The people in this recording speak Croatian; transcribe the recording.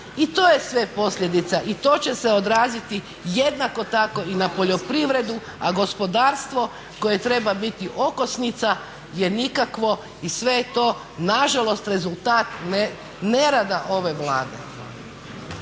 I to je sve posljedica i to će se odraziti jednako tako i na poljoprivredu, a gospodarstvo koje treba biti okosnica je nikakvo i sve je to nažalost rezultat nerada ove Vlade.